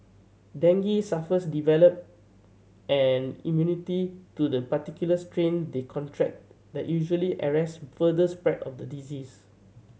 dengue sufferers develop an immunity to the particular strain they contract that usually arrest further spread of the disease